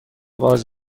باز